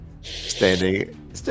standing